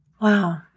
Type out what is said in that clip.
Wow